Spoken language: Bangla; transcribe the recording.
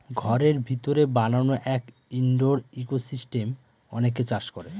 ঘরের ভিতরে বানানো এক ইনডোর ইকোসিস্টেম অনেকে চাষ করে